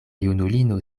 junulino